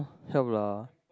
help lah